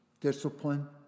Discipline